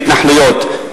בהתנחלויות,